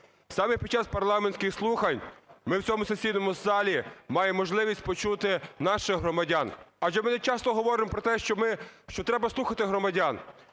Саме під час парламентських слухань ми в цьому сесійному залі маємо можливість почути наших громадян. Адже ми часто говоримо про те, що треба слухати громадян.